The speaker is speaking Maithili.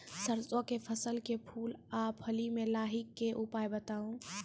सरसों के फसल के फूल आ फली मे लाहीक के उपाय बताऊ?